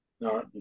No